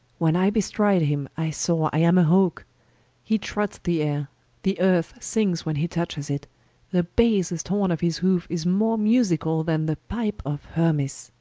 when i bestryde him, i soare, i am a hawke he trots the ayre the earth sings, when he touches it the basest horne of his hoofe, is more musicall then the pipe of hermes